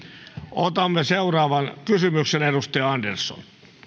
otamme seuraavan kysymyksen edustaja andersson